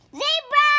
zebra